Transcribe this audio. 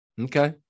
Okay